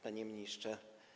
Panie Ministrze!